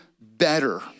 better